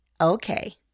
Okay